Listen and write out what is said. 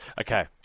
Okay